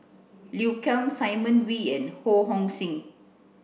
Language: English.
Liu Kang Simon Wee and Ho Hong Sing